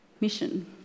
mission